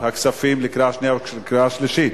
הכספים לקריאה שנייה ולקריאה שלישית.